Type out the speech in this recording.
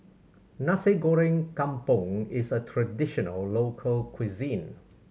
Nasi Goreng Kampung is a traditional local cuisine